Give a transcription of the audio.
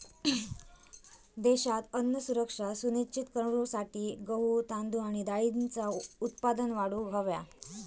देशात अन्न सुरक्षा सुनिश्चित करूसाठी गहू, तांदूळ आणि डाळींचा उत्पादन वाढवूक हव्या